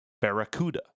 Barracuda